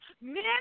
Men